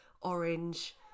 orange